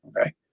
okay